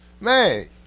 Man